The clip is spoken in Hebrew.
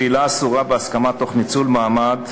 בעילה אסורה בהסכמה תוך ניצול מעמד),